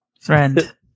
Friend